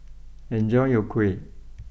enjoy your Kuih